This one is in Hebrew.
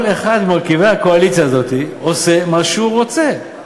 כל אחד ממרכיבי הקואליציה הזאת עושה מה שהוא רוצה,